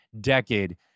decade